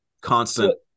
constant